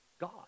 God